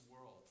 world